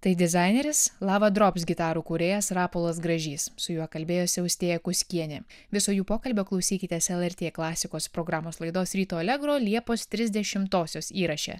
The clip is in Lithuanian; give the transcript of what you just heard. tai dizaineris lava drops gitarų kūrėjas rapolas gražys su juo kalbėjosi austėja kuskienė viso jų pokalbio klausykitės lrt klasikos programos laidos ryto alegro liepos trisdešimtosios įraše